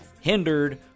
...hindered